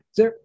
Sir